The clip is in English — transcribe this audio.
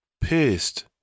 pissed